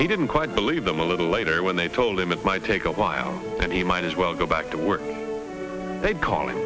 he didn't quite believe them a little later when they told him it might take awhile and he might as well go back to work they'd call